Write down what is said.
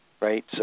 right